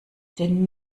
denn